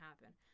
happen